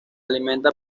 alimenta